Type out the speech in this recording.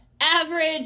average